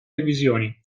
revisioni